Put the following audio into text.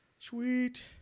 Sweet